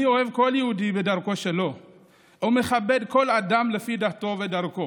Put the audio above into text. אני אוהב כל יהודי בדרכו שלו ומכבד כל אדם לפי דתו ודרכו.